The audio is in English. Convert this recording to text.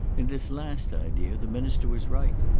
in this last idea, the minister was right.